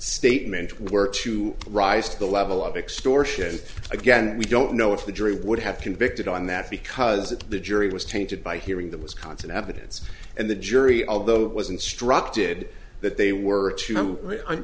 statement were to rise to the level of extortion again we don't know if the jury would have convicted on that because it the jury was tainted by hearing the wisconsin evidence and the jury although it was instructed that they were